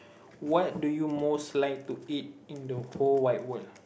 what do you most like to eat in the whole wide world